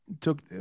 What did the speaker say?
took